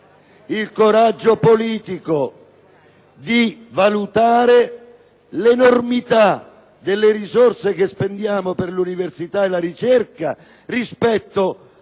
del coraggio politico di valutare l’enormita delle risorse che spendiamo per l’universitae per la ricerca rispetto